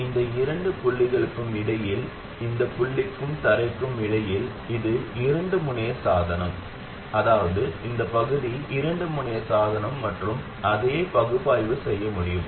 எனவே இந்த இரண்டு புள்ளிகளுக்கு இடையில் இந்த புள்ளிக்கும் தரைக்கும் இடையில் இது இரண்டு முனைய சாதனம் அதாவது இந்த பகுதி இரண்டு முனைய சாதனம் மற்றும் அதையே பகுப்பாய்வு செய்ய முடியும்